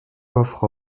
offre